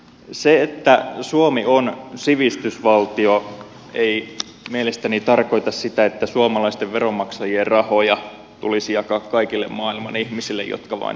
se että suomi on sivistysvaltio ei mielestäni tarkoita sitä että suomalaisten veronmaksajien rahoja tulisi jakaa kaikille maailman ihmisille jotka vain sitä osaavat pyytää